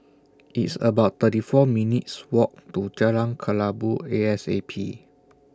It's about thirty four minutes' Walk to Jalan Kelabu A S A P